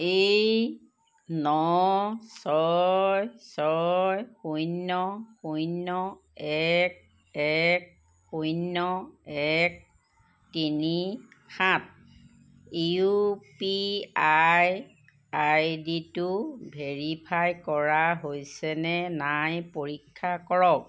এই ন ছয় ছয় শূন্য শূন্য এক এক শূন্য এক তিনি সাত ইউ পি আই আইডি টো ভেৰিফাই কৰা হৈছে নে নাই পৰীক্ষা কৰক